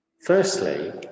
Firstly